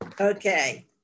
Okay